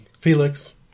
Felix